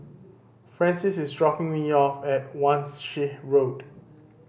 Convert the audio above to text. Francis is dropping me off at Wan Shih Road